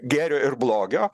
gėrio ir blogio